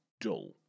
dull